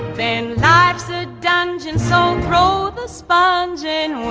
and ah ibsa dungeons. so roll the sponge in